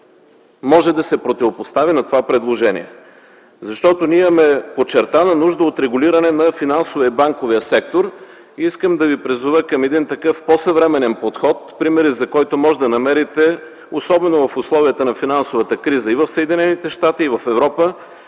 който да се противопостави на това предложение. Ние имаме подчертана нужда от регулиране на финансовия и банковия сектор. Искам да ви призова към по-съвременен подход, примери за който можете да намерите особено в условията на финансова криза в САЩ и в Европа,